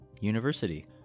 university